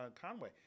Conway